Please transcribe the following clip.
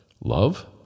love